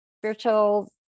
spiritual